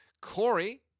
Corey